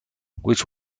which